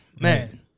man